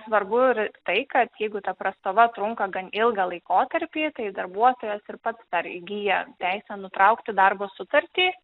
svarbu ir tai kad jeigu ta prastova trunka gan ilgą laikotarpį tai darbuotojas ir pats dar įgyja teisę nutraukti darbo sutartį